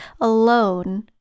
alone